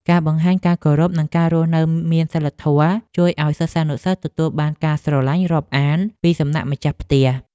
ការបង្ហាញការគោរពនិងការរស់នៅមានសីលធម៌ជួយឱ្យសិស្សានុសិស្សទទួលបានការស្រឡាញ់រាប់អានពីសំណាក់ម្ចាស់ផ្ទះ។